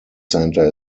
center